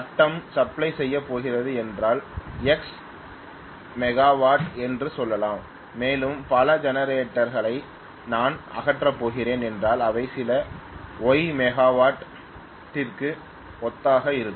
கட்டம் சப்ளை செய்யப் போகிறது என்றால் எக்ஸ் மெகாவாட் என்று சொல்லலாம் மேலும் பல ஜெனரேட்டர் களை நான் அகற்றப் போகிறேன் என்றால் அவை சில ஒய் மெகாவாட் டிற்கு ஒத்ததாக இருக்கும்